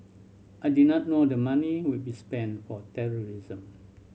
I did not know the money would be spent for terrorism